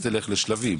כמו ללכת ל-׳שלבים׳.